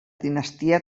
dinastia